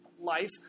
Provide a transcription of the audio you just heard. life